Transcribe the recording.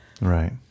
Right